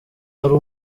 ari